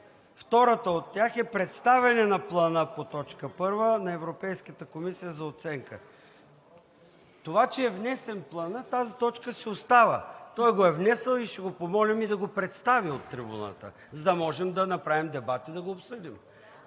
втората от тях е представяне на Плана по т. 1 на Европейската комисия за оценка. Това, че е внесен Планът, тази точка си остава. Той го е внесъл и ще го помолим да го представи от трибуната, за да можем да направим дебат и да го обсъдим.